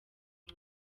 iyi